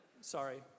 Sorry